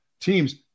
teams